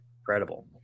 incredible